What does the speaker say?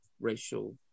racial